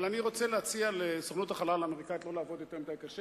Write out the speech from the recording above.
אבל אני רוצה להציע לסוכנות החלל האמריקנית לא לעבוד יותר מדי קשה,